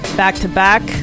back-to-back